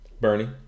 Bernie